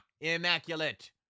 immaculate